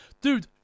Dude